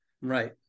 Right